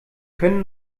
können